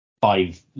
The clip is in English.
five